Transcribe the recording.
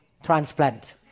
Transplant